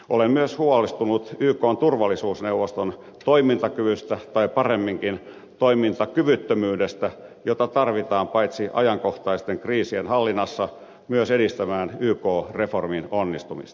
olen myös huolestunut ykn turvallisuusneuvoston toimintakyvystä tai paremminkin toimintakyvyttömyydestä jota tarvitaan paitsi ajankohtaisten kriisien hallinnassa myös edistämään yk reformin onnistumista